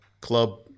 club